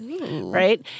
Right